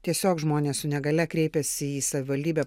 tiesiog žmonės su negalia kreipiasi į savivaldybę